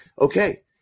okay